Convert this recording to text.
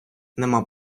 нема